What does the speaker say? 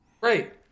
Right